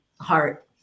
heart